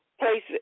places